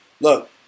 look